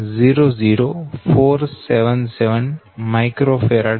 00477 µFkm થશે